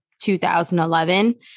2011